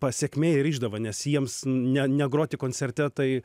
pasekmė ir išdava nes jiems ne negroti koncerte tai